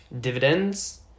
dividends